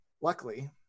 Luckily